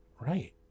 Right